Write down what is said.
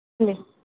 yes